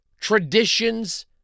traditions